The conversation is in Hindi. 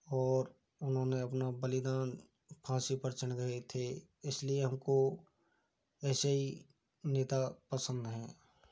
और उन्होंने अपना बलिदान फांसी पर चढ़ गए थे इस लिए हम को ऐसे ही नेता पसंद हैं